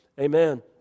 amen